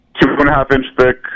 two-and-a-half-inch-thick